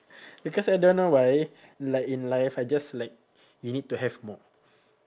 because I don't know why like in life I just like you need to have more